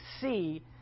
see